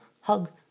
hug